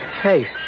Hey